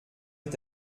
est